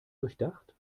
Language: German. durchdacht